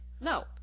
no